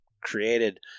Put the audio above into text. created